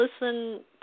listen